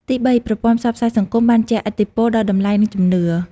ទីបី ប្រព័ន្ធផ្សព្វផ្សាយសង្គមបានជះឥទ្ធិពលដល់តម្លៃ និងជំនឿ។